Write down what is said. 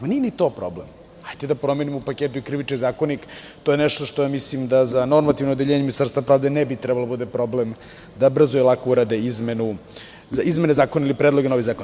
Nije ni to problem, hajde da promenimo u paketu i Krivični zakonik, to je nešto što ja mislim da za normativno odeljenje Ministarstva pravde ne bi trebalo da bude problem, da brzo i lako urade izmene zakona ili predloge novih zakona.